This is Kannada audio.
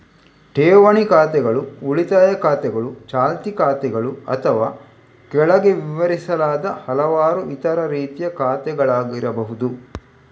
ಠೇವಣಿ ಖಾತೆಗಳು ಉಳಿತಾಯ ಖಾತೆಗಳು, ಚಾಲ್ತಿ ಖಾತೆಗಳು ಅಥವಾ ಕೆಳಗೆ ವಿವರಿಸಲಾದ ಹಲವಾರು ಇತರ ರೀತಿಯ ಖಾತೆಗಳಾಗಿರಬಹುದು